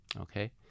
Okay